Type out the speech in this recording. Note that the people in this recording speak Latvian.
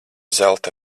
zelta